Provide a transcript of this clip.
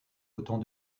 autant